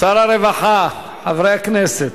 שר הרווחה, חברי הכנסת.